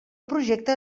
projecte